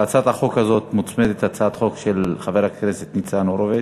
להצעת החוק הזאת מוצמדת הצעת חוק של חבר הכנסת ניצן הורוביץ.